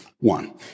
One